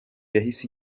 yahise